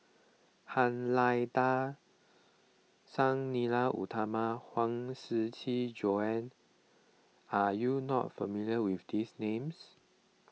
Han Lao Da Sang Nila Utama Huang Shiqi Joan are you not familiar with these names